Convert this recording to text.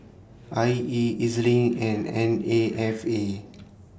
I E E Z LINK and N A F A